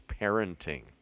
parenting